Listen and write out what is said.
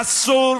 אסור.